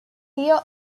theo